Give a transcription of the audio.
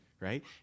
Right